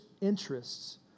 interests